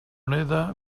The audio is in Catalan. neda